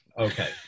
okay